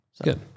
Good